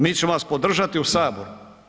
Mi ćemo vas podržati u Saboru.